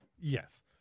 Yes